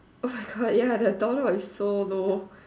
oh my God ya the door knob is so low